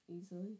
easily